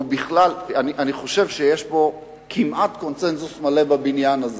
אני חושב שיש פה כמעט קונסנזוס מלא בבניין הזה